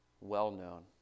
well-known